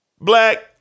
Black